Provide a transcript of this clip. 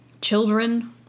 children